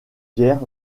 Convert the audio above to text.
pierre